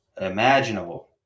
imaginable